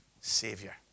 Savior